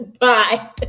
Bye